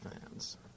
fans